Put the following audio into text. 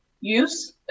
use